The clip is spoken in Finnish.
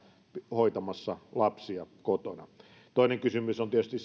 hoitamassa lapsia kotona toinen kysymys on tietysti